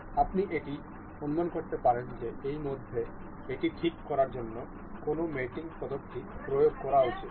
আপনি এটি অনুমান করতে পারেন যে এই মধ্যে এটি ঠিক করার জন্য কোন মেটিং পদ্ধতি প্রয়োগ করা উচিত